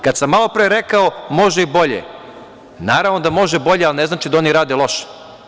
Kada sam malopre rekao – može i bolje, naravno da može bolje, ali ne znači da oni rade loše.